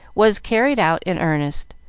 was carried out in earnest,